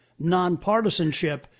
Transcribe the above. nonpartisanship